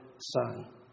son